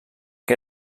que